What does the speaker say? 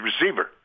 receiver